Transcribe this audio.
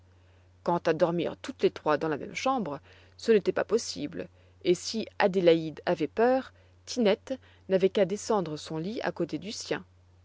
quant à dormir toutes les trois dans la même chambre ce n'était pas possible et si adélaïde avait peur tinette n'avait qu'à descendre son lit à côté du sien